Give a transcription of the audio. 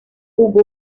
jugó